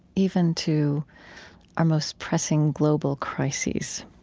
even to our most pressing global crises.